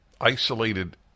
isolated